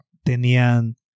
Tenían